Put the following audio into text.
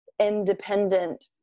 independent